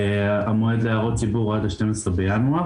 המועד להערות ציבור עד ה-12 בינואר,